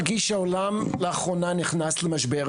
שהעולם לאחרונה נכנס למשבר,